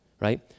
right